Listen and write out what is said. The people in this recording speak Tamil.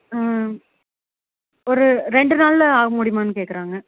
ஒரு ரெண்டு நாளில் ஆக முடியுமான்னு கேட்கறாங்க